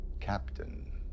Captain